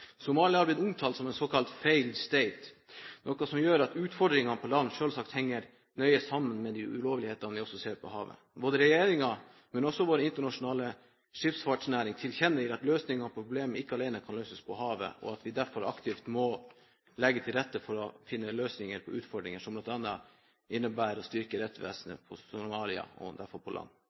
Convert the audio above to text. Somalia har blitt omtalt som en såkalt «failed state», noe som gjør at utfordringene på land selvsagt henger nøye sammen med de ulovlighetene vi også ser på havet. Både regjeringen, og også vår internasjonale skipsfartsnæring tilkjennegir at løsningen på problemet ikke alene kan løses på havet, og at vi derfor aktivt må legge til rette for å finne løsninger på utfordringer som bl.a. innebærer å styrke rettsvesenet i Somalia og derfor på land.